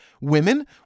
Women